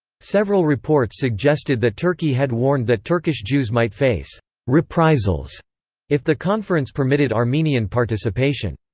several reports suggested that turkey had warned that turkish jews might face reprisals if the conference permitted armenian participation.